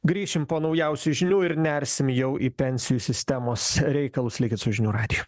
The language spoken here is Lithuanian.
grįšim po naujausių žinių ir nersim jau į pensijų sistemos reikalus likit su žinių radiju